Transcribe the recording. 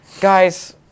Guys